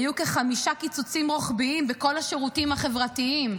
היו כחמישה קיצוצים רוחביים בכל השירותים החברתיים.